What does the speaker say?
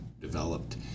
developed